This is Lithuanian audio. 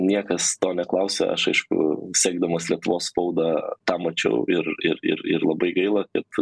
niekas to neklausia aš aišku sekdamas lietuvos spauda tą mačiau ir ir ir ir labai gaila kad